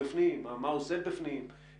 בוקר טוב,